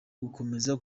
gukomeza